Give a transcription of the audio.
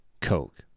Coke